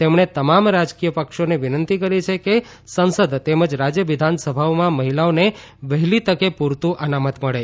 તેમણે તમામ રાજકીય પક્ષોને વિનંતી કરી છે કે સંસદ તેમજ રાજ્ય વિધાનસભાઓમાં મહિલાઓને વહેલી તકે પૂરતું અનામત મળે